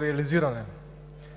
реализиране.